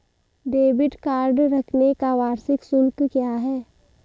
Debit card रखने का वार्षिक शुल्क क्या है?